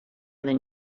than